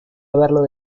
haberlo